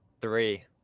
three